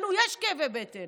לנו יש כאבי בטן.